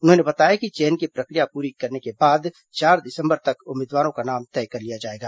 उन्होंने बताया कि चयन की प्रक्रिया पूरी करने के बाद चार दिसंबर तक उम्मीदवारों का नाम तय कर लिया जाएगा